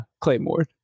Claymore